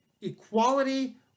equality